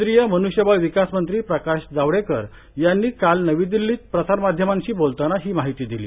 केंद्रीय मनृष्यबळ विकासमंत्री प्रकाश जावडेकर यांनी काल नवी दिल्लीत प्रसार माध्यमांशी बोलताना ही माहिती दिली